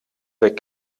weg